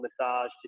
massage